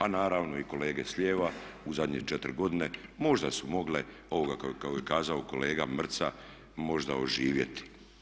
A naravno i kolege s lijeva u zadnje 4 godine možda su mogle kako je i kazao kolega MRC-a možda oživjeti.